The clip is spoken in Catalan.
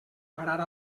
parar